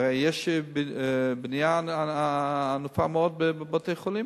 היום יש בנייה ענפה מאוד בבתי-חולים,